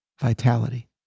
vitality